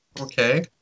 okay